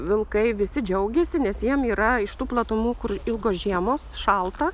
vilkai visi džiaugiasi nes jiem yra iš tų platumų kur ilgos žiemos šalta